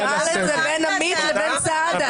הוא שאל את זה בין עמית לבין סעדה.